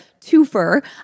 twofer